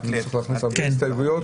נצטרך להכניס הרבה הסתייגויות